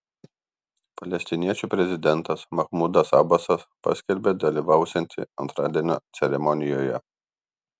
palestiniečių prezidentas mahmudas abasas paskelbė dalyvausianti antradienio ceremonijoje